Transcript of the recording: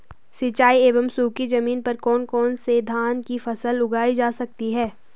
सिंचाई एवं सूखी जमीन पर कौन कौन से धान की फसल उगाई जा सकती है?